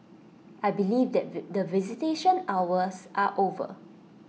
I believe that the visitation hours are over